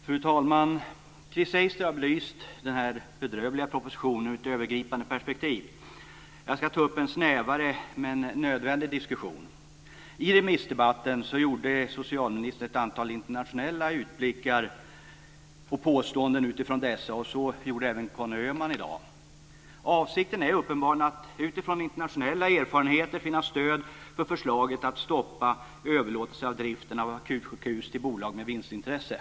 Fru talman! Chris Heister har belyst den här bedrövliga propositionen i ett övergripande perspektiv. Jag ska ta upp en snävare, men nödvändig, diskussion. I remissdebatten gjorde socialministern ett antal internationella utblickar och påståenden utifrån dessa. Så gjorde även Conny Öhman i dag. Avsikten är uppenbarligen att utifrån internationella erfarenheter finna stöd för förslaget att stoppa överlåtelse av driften av akutsjukhus till bolag med vinstintresse.